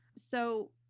so,